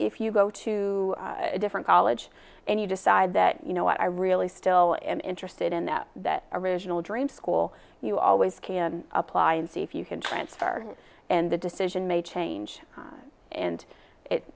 if you go to a different college and you decide that you know what i really still am interested in that that original dream school you always can apply and see if you can transfer and the decision may change and it